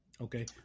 Okay